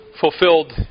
fulfilled